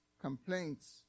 complaints